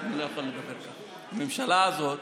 הממשלה הזאת